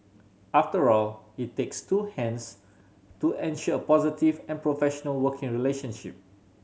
after all it takes two hands to ensure a positive and professional working relationship